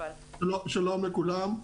שלום לכולם.